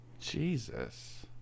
jesus